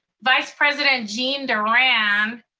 vice president gene durand.